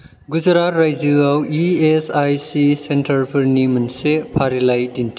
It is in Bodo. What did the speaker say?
गुजरात रायजोआव इ एस आइ सि सेन्टारफोरनि मोनसे फारिलाइ दिन्थि